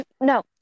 no